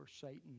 Satan